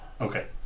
Okay